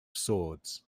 swords